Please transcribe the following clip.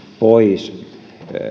pois